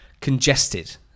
congested